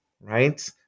right